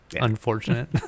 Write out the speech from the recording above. unfortunate